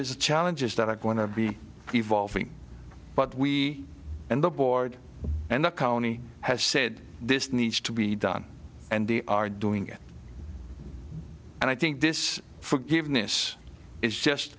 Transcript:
the challenges that are going to be evolving but we and the board and the county have said this needs to be done and they are doing it and i think this forgiveness is just